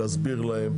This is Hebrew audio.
להסביר להם.